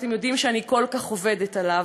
שאתם יודעים שאני כל כך עובדת עליו,